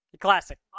Classic